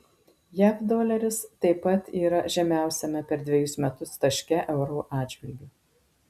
jav doleris taip pat yra žemiausiame per dvejus metus taške euro atžvilgiu